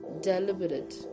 deliberate